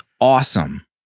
awesome